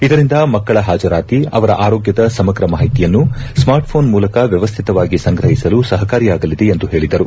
ಇದರಿಂದ ಮಕ್ಕಳ ಪಾಜರಾತಿ ಅವರ ಆರೋಗ್ಟದ ಸಮಗ್ರ ಮಾಹಿತಿಯನ್ನು ಸ್ಕಾರ್ಟ್ ಪೋನ್ ಮೂಲಕ ವ್ಯವಸ್ಥಿತವಾಗಿ ಸಂಗ್ರಹಿಸಲು ಸಹಕಾರಿಯಾಗಲಿದೆ ಎಂದು ಹೇಳಿದರು